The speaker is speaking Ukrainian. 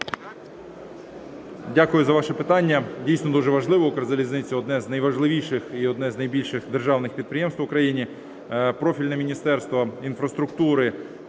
Дякую за ваше питання. Дійсно, дуже важливо, Укрзалізниця – одне з найважливіших і одне з найбільших державних підприємств в Україні. Профільне Міністерство інфраструктури